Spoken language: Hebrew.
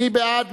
מי בעד?